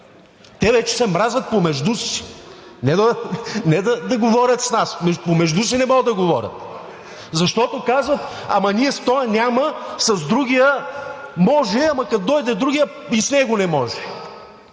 те вече се мразят помежду си – не да говорят с нас, помежду не могат да говорят, защото казват: ама ние с тоя няма, с другия може. Ама като дойде другият, и с него не може.